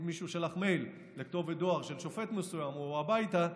אם מישהו שלח מייל לכתובת דואר של שופט מסוים או הביתה,